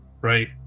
right